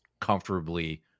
comfortably